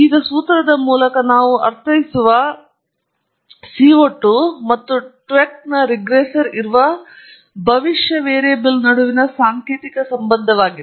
ಈಗ ಸೂತ್ರದ ಮೂಲಕ ನಾವು ಅರ್ಥೈಸುವ CO 2 ಮತ್ತು ಟ್ವೆಕ್ನ ರಿಗ್ರೆಸರ್ ಇರುವ ಭವಿಷ್ಯ ವೇರಿಯೇಬಲ್ ನಡುವಿನ ಸಾಂಕೇತಿಕ ಸಂಬಂಧವಾಗಿದೆ